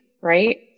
right